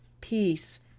peace